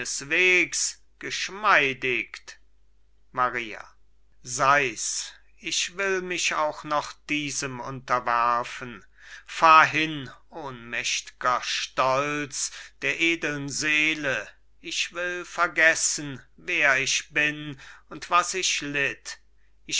geschmeidigt maria sei's ich will mich auch noch diesem unterwerfen fahr hin ohnmächt'ger stolz der edeln seele ich will vergessen wer ich bin und was ich litt